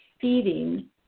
feeding